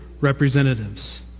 representatives